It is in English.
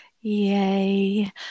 Yay